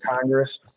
Congress